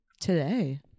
Today